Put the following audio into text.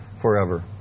forever